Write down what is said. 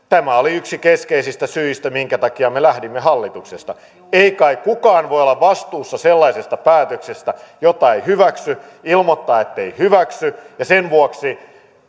tämä oli yksi keskeisistä syistä minkä takia me lähdimme hallituksesta ei kai kukaan voi olla vastuussa sellaisesta päätöksestä jota ei hyväksy josta ilmoittaa ettei hyväksy ja sen vuoksi